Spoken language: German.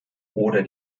oder